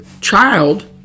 child